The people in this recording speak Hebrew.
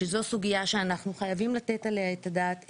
שזו סוגיה שאנחנו חייבים לתת עליה את הדעת איכשהו.